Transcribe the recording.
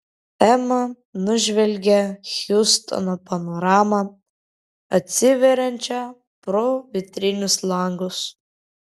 ema nužvelgė hjustono panoramą atsiveriančią pro vitrininius langus